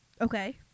Okay